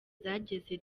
zageze